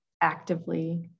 actively